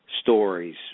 stories